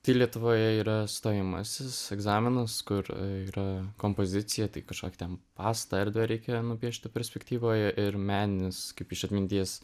tai lietuvoje yra stojamasis egzaminas kur yra kompozicija tai kažkokį ten pastatą erdvę reikia nupiešti perspektyvoje ir meninis kaip iš atminties